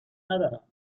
ندارم